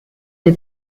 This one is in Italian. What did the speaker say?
dei